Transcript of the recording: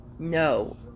No